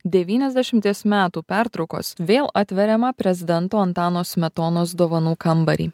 devyniasdešimties metų pertraukos vėl atveriamą prezidento antano smetonos dovanų kambarį